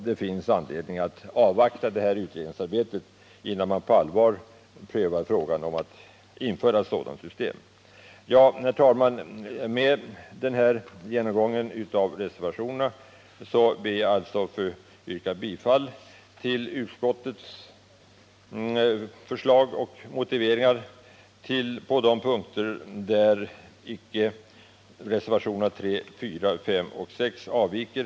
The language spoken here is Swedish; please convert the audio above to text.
Det finns anledning att avvakta detta utredningsarbete innan vi på allvar prövar frågan om införande av ett sådant system. Herr talman! Efter den gjorda genomgången av reservationerna ber jag att få yrka bifall till utskottets förslag och motiveringar på de punkter där icke reservationerna nr 3,4, 5 och 6 avviker.